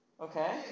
Okay